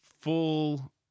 full